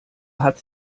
hat